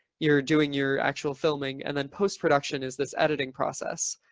you're doing your actual filming and then post production is this editing process.